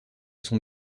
sont